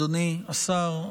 אדוני השר,